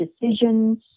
decisions